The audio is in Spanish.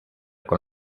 con